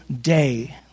day